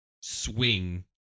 swing